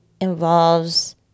involves